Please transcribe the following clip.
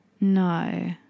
No